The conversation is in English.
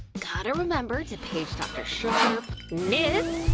gotta remember to page dr. sharp, miss!